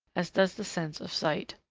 as does the sense of sight.